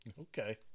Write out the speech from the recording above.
Okay